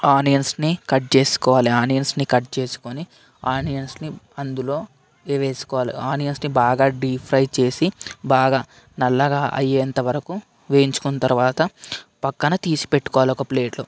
ఆనియన్స్ని కట్ చేసుకోవాలి ఆనియన్స్ని కట్ చేసుకొని ఆనియన్స్ని అందులో వేసుకోవాలి ఆనియన్స్ని బాగా డీప్ ఫ్రై చేసి బాగా నల్లగా అయ్యేంతవరకు వేయించుకున్న తర్వాత పక్కన తీసి పెట్టుకోవాలి ఒక ప్లేట్లో